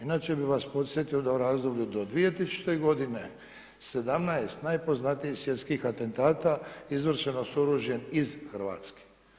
Inače bih vas podsjetio da je u razdoblju do 2000. godine 17 najpoznatijih svjetskih atentata izvršeno s oružje iz RH.